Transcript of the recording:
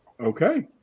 Okay